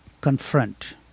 confront